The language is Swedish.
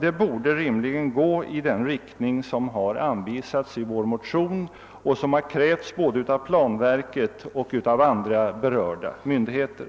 Det borde rimligen gå i den riktning som anvisas i vår motion. Förslaget i den överensstämmer med vad som har krävts både av planverket och av andra berörda myndigheter.